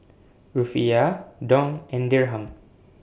Rufiyaa Dong and Dirham